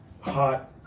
hot